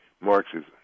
Marxism